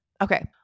Okay